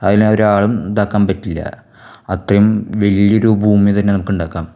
അതിനെ ഒരാളും ഇതാക്കാൻ പറ്റില്ല അത്രയും വലിയൊരു ഭൂമി തന്നെ നമുക്കുണ്ടാക്കാം